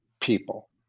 people